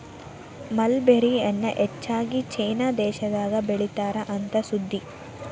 mulberry ಎನ್ನಾ ಹೆಚ್ಚಾಗಿ China ದೇಶದಾಗ ಬೇಳಿತಾರ ಅಂತ ಸುದ್ದಿ